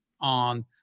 on